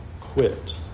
quit